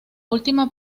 última